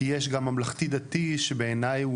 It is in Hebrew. כי יש גם ממלכתי דתי שבעיניי הוא